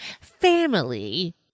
family